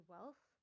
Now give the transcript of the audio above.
Wealth